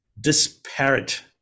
disparate